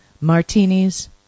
martinis